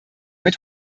mit